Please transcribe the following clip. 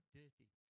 dirty